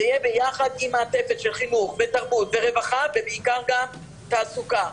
זה יהיה ביחד עם מעטפת של חינוך ותרבות ורווחה ובעיקר גם תעסוקה.